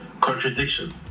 Contradiction